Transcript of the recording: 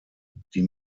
die